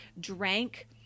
drank